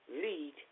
lead